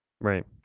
right